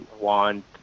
want